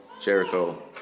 Jericho